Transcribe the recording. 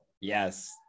Yes